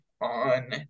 on